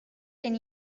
can